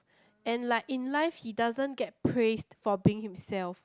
and like in life he doesn't get praised for being himself